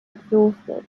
exhausted